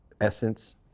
essence